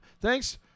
thanks